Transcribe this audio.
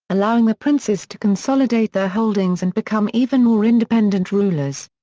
allowing the princes to consolidate their holdings and become even more independent rulers.